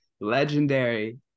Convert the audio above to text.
legendary